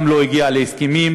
גם לא הגיע להסכמים,